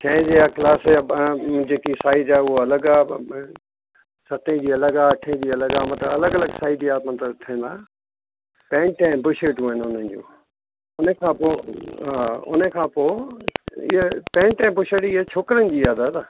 छहें जी आहे क्लास जेकी साइज़ आहे उहा अलॻि आहे सते जी अलॻि आहे अठे जी अलॻि आहे मतिलबु अलॻि अलॻि साइज आहे मतिलबु थींदा पैंट ऐं बूशटियूं आहिनि उन्हनि जूं उन सां पोइ हा उन खां पोइ इहे पैंट ऐं बूशट इहे छोकिरियुनि जी आहे दादा